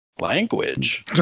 language